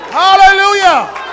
hallelujah